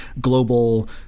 global